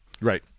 Right